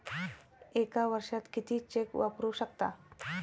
एका वर्षात किती चेक वापरू शकता?